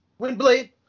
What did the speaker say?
Windblade